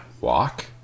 walk